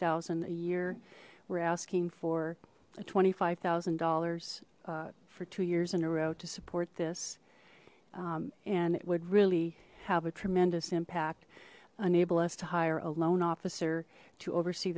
thousand a year we're asking for a twenty five thousand dollars for two years in a row to support this and it would really have a tremendous impact enable us to hire a loan officer to oversee